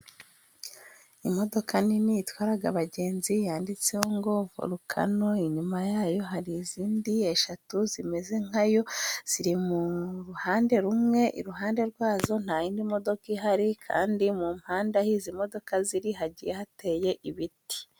Imodoka nini itwaraga abagenzi yanditseho ngo vorukano. Inyuma yayo hari izindi eshatu zimeze nkayo ziri mu ruhande rumwe. Iruhande rwazo nta yindi modoka ihari, kandi mu mpande aho izi modoka ziri hagiye hateye ibiti.